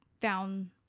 found